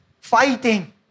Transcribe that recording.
fighting